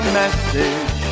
message